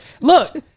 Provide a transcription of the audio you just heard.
look